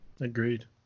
Agreed